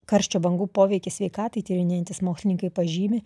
karščio bangų poveikį sveikatai tyrinėjantys mokslininkai pažymi